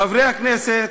חברי הכנסת,